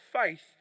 faith